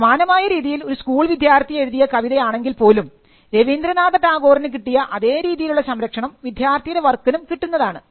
സമാനമായ രീതിയിൽ ഒരു സ്കൂൾ വിദ്യാർഥി എഴുതിയ കവിത ആണെങ്കിൽ പോലും രവീന്ദ്രനാഥ ടാഗോറിന് കിട്ടിയ അതേ രീതിയിലുള്ള സംരക്ഷണം വിദ്യാർത്ഥിയുടെ വർക്കിനും കിട്ടുന്നതാണ്